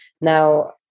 Now